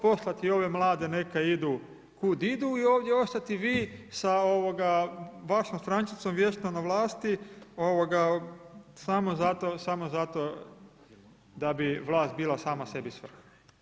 Poslati ove mlade neka idu, kud idu i ovdje ostati vi sa ovoga vašom strančicom vječno na vlasti samo zato, samo zato da bi vlast bila sama sebi svrha.